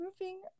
Moving